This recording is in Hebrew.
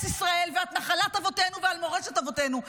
ישראל ועל נחלת אבותינו ועל מורשת אבותינו.